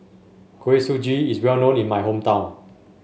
Kuih Suji is well known in my hometown